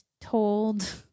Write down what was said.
told